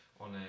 on